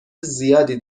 زیادی